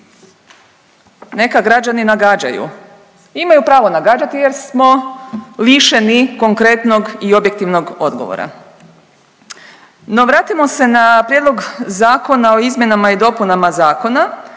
Neka građani nagađaju i imaju pravo nagađati jer smo lišeni konkretnog i objektivnog odgovora. No vratimo se na Prijedlog zakona o izmjenama i dopunama zakona.